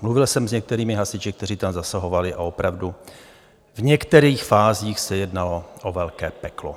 Mluvil jsem s některými hasiči, kteří tam zasahovali, a opravdu v některých fázích se jednalo o velké peklo.